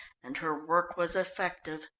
and her work was effective.